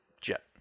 jet